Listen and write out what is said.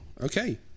Okay